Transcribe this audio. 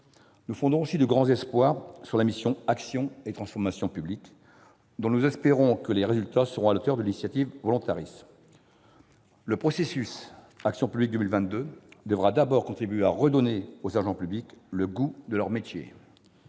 Nous fondons aussi de grands espoirs sur la mission « Action et transformation publiques », dont nous espérons que les résultats seront à la hauteur de l'intitulé volontariste. Le comité Action publique 2022 devra d'abord contribuer à redonner aux agents publics le goût de leur métier.